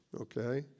okay